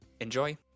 Enjoy